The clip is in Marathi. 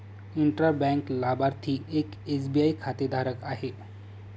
इंट्रा बँक लाभार्थी एक एस.बी.आय खातेधारक आहे